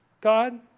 God